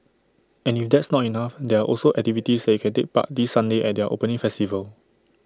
and if that's not enough there are also activities that you can take part this Sunday at their opening festival